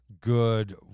good